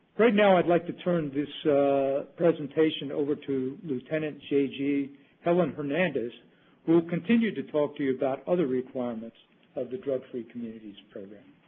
right now, i'd like to turn this presentation over to lieutenant jg helen hernandez, who will continue to talk to you about other requirements of the drug free communities program.